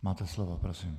Máte slovo, prosím.